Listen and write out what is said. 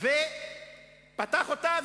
פתח אותה,